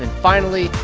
and finally,